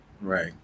right